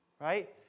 right